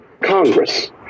Congress